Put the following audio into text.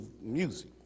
music